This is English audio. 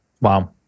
Wow